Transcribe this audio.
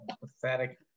Pathetic